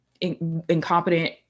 incompetent